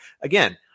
Again